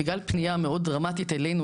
בגלל פניה מאוד דרמטית אלינו,